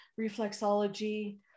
reflexology